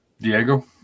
Diego